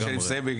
לפני שנסיים,